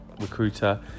recruiter